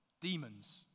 Demons